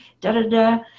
da-da-da